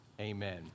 amen